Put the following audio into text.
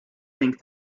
think